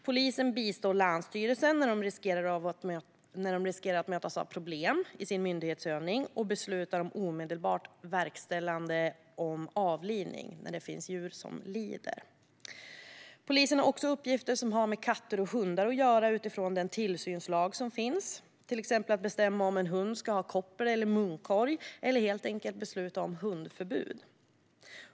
Polisen bistår länsstyrelserna när de riskerar att mötas av problem i sin myndighetsutövning och beslutar om omedelbart verkställande av avlivning när det finns djur som lider. Polisen har också uppgifter som har med katter och hundar att göra utifrån tillsynslagen, till exempel att bestämma om en hund ska ha koppel eller munkorg eller helt enkelt besluta om hundförbud.